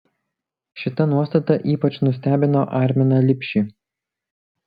šita nuostata ypač nustebino arminą lipšį